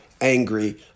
angry